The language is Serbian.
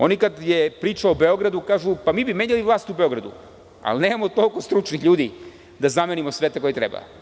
Oni kad je priča o Beogradu kažu, pa mi bi menjali vlast u Beogradu, ali nemamo toliko stručnih ljudi da zamenimo sve te koji treba.